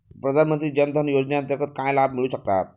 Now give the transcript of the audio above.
प्रधानमंत्री जनधन योजनेअंतर्गत काय लाभ मिळू शकतात?